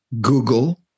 Google